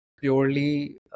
purely